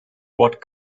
what